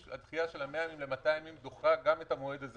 הדחייה של 100 ימים ל-200 ימים דוחה גם את המועד הזה